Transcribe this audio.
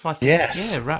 Yes